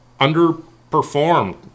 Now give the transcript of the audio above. underperformed